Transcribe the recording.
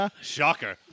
shocker